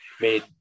made